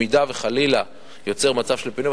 אם חלילה נוצר מצב של פינוי,